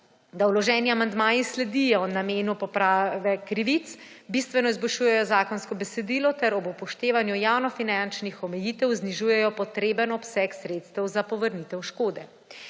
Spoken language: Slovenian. da vloženi amandmaji sledijo namenu poprave krivic, bistveno izboljšujejo zakonsko besedilo ter ob upoštevanju javnofinančnih omejitev znižujejo potreben obseg sredstev za povrnitev škode.